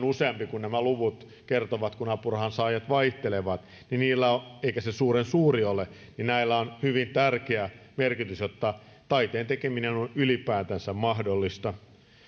useampi on voinut saada kuin nämä luvut kertovat kun apurahansaajat vaihtelevat eikä se luku suurensuuri ole näillä on hyvin tärkeä merkitys jotta taiteen tekeminen on on ylipäätänsä mahdollista